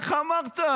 איך אמרת?